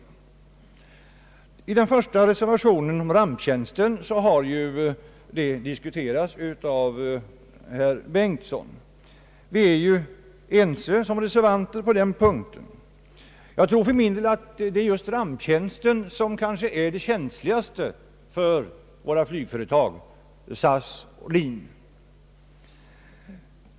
Beträffande den första reservationen, om ramptjänsten, så har dess innehåll diskuterats av herr Bengtson, och vi är ju som reservanter ense på den punkten. Jag tror för min del att just ramp tjänsten är den känsligaste frågan för våra flygföretag SAS och LIN.